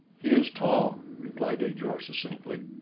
he is tom, replied ajor succinctly.